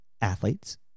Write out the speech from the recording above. athletes